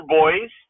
boys